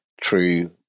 true